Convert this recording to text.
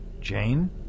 Jane